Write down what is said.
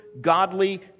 godly